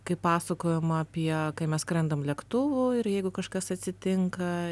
kai pasakojama apie kai mes skrendam lėktuvu ir jeigu kažkas atsitinka